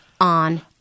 on